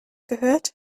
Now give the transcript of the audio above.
gehört